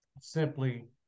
simply